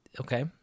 Okay